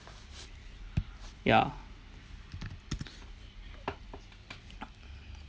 ya